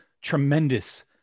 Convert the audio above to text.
Tremendous